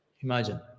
Imagine